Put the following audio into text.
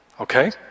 Okay